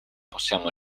possiamo